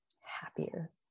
happier